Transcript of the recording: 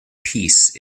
peace